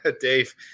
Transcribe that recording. Dave